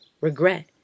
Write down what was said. regret